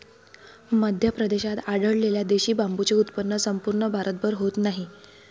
मध्य प्रदेशात आढळलेल्या देशी बांबूचे उत्पन्न संपूर्ण भारतभर होत नाही